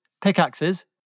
pickaxes